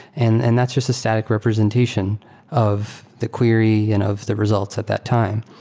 and and that's just the static representation of the query and of the results at that time.